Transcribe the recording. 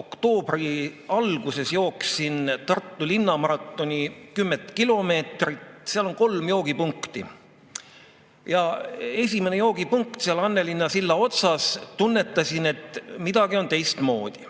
oktoobri alguses ma jooksin Tartu linnamaratonil 10 kilomeetrit. Seal oli kolm joogipunkti. Esimene joogipunkt oli Annelinna silla otsas ja ma tunnetasin, et midagi on teistmoodi.